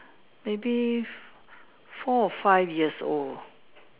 maybe four or five years old